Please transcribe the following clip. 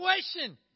situation